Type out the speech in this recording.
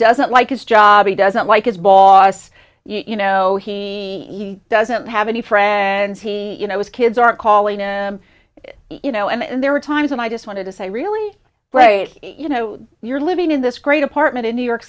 doesn't like his job he doesn't like his boss you know he doesn't have any friends he you know his kids are calling him you know and there were times when i just wanted to say really great you know you're living in this great apartment in new york